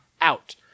out